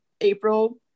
April